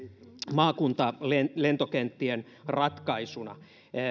maakuntalentokenttien ratkaisuna